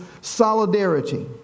solidarity